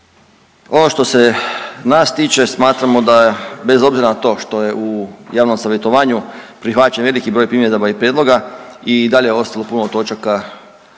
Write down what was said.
ono što se nas tiče smatramo da bez obzira na to što je u javnom savjetovanju prihvaćen veliki broj primjedaba i prijedloga i dalje ostalo puno točaka